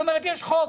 היא אומרת שיש חוק